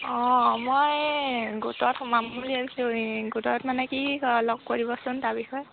অঁ মই গোটত সোমাম বুলি ভাবিছোঁ গোটত মানে কি লগ কৰিবচোন তাৰ বিষয়ে